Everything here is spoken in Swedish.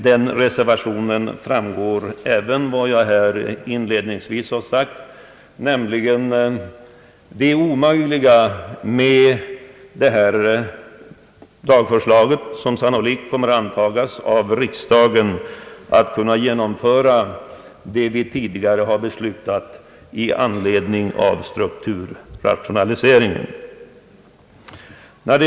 Av reservationen framgår även vad jag här inledningsvis har sagt, nämligen att det med här föreliggande lagförslag, som sannolikt kommer att antas av riksdagen, blir omöjligt att genomföra det som vi tidigare har beslutat om strukturrationaliseringen.